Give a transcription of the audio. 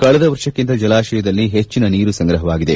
ಕಳಿದ ವರ್ಷಕ್ಕಿಂತ ಜಲಾಶಯದಲ್ಲಿ ಹೆಚ್ಚಿನ ನೀರು ಸಂಗ್ರಹವಾಗಿದೆ